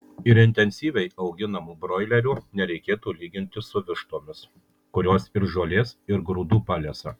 ir intensyviai auginamų broilerių nereikėtų lyginti su vištomis kurios ir žolės ir grūdų palesa